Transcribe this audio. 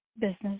business